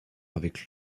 avec